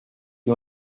que